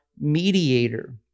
mediator